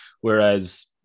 Whereas